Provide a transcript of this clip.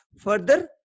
further